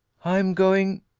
i am going,